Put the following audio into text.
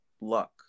luck